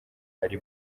ari